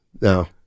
No